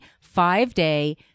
five-day